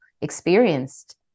experienced